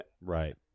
Right